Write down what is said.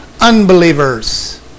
unbelievers